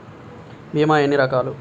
భీమ ఎన్ని రకాలు?